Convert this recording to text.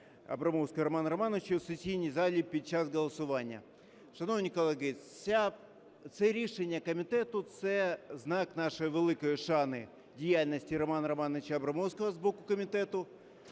Абрамовського Романа Романовича у сесійній залі під час голосування. Шановні колеги, це рішення комітету – це знак нашої великої шани діяльності Романа Романовича Абрамовського з боку комітету.